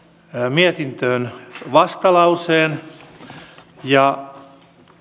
mietintöön vastalauseen ja